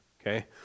okay